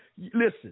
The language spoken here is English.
Listen